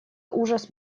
ужас